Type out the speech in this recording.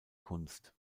kunst